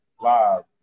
live